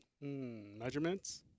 measurements